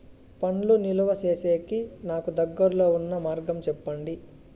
పండ్లు నిలువ సేసేకి నాకు దగ్గర్లో ఉన్న మార్గం చెప్పండి?